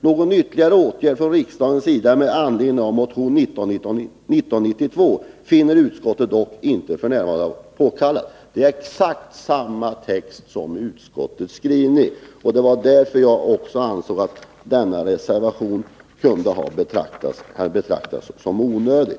Någon ytterligare åtgärd från riksdagens sida med anledning av motion 1992 finner utskottet dock f. n. inte påkallad.” Det är exakt samma text som i utskottets skrivning. Det är därför jag också ansåg att denna reservation kan betraktas som onödig.